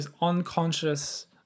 unconscious